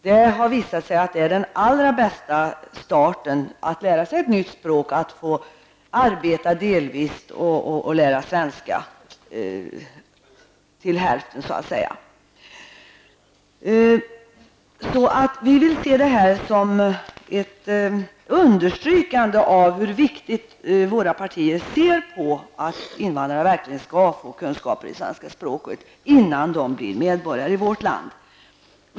Det har visat sig att den allra bästa starten att lära sig ett nytt språk är att delvis arbeta och delvis studera. Vi vill se reservationen som ett understrykande av hur viktigt våra partier anser det vara att invandrarna verkligen skall få lära sig svenska språket innan de blir medborgare i vårt land.